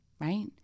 Right